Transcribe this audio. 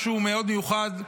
משהו מאוד מיוחד.